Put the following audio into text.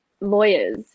lawyers